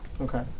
Okay